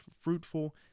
fruitful